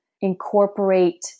incorporate